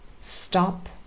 stop